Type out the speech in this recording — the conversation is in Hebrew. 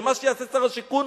ומה שיעשה שר השיכון,